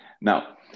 Now